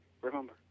remember